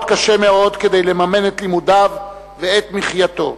קשה מאוד כדי לממן את לימודיו ואת מחייתו.